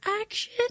action